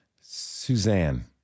Suzanne